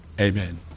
Amen